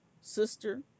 sister